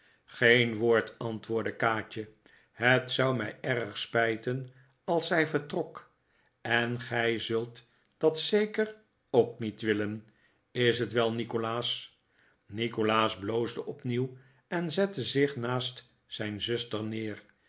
geen woord antwoordde kaatje het zou mij erg spijten als zij vertrok en gij zult dat zeker ook niet willen is t wel nikolaas nikolaas bloosde opnieuw en zette zich naast zijn zuster neer